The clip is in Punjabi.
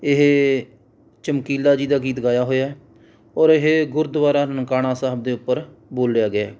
ਇਹ ਚਮਕੀਲਾ ਜੀ ਦਾ ਗੀਤ ਗਾਇਆ ਹੋਇਆ ਔਰ ਇਹ ਗੁਰਦੁਆਰਾ ਨਨਕਾਣਾ ਸਾਹਿਬ ਦੇ ਉੱਪਰ ਬੋਲਿਆ ਗਿਆ